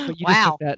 Wow